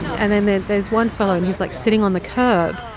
and then then there's one fellow and he's, like, sitting on the curb.